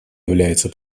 является